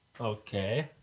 Okay